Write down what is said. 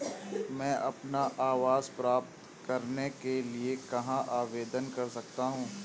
मैं अपना आवास प्राप्त करने के लिए कहाँ आवेदन कर सकता हूँ?